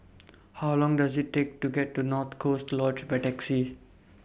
How Long Does IT Take to get to North Coast Lodge By Taxi